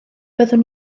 byddwn